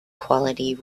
quality